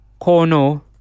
Kono